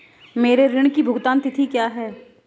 मेरे ऋण की भुगतान तिथि क्या है?